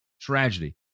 tragedy